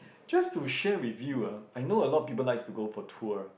just to share with you ah I know a lot of people likes to go for tour